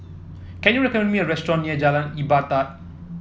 can you recommend me a restaurant near Jalan Ibadat